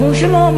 אנחנו אומרים שלא.